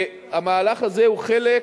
המהלך הזה הוא חלק